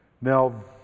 Now